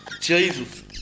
Jesus